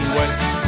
west